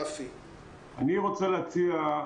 בבקשה.